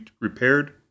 repaired